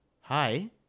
hi